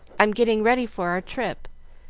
i'm getting ready for our trip,